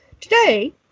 Today